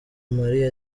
marie